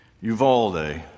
Uvalde